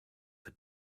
had